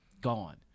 Gone